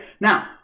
now